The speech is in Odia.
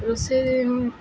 ରୋଷେଇ